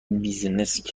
بیزینس